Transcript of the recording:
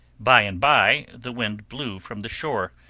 bye-and-bye, the wind blew from the shore,